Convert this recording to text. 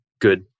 good